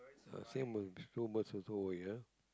uh same with same birds also ya